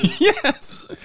Yes